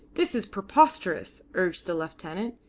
this is preposterous, urged the lieutenant.